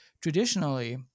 traditionally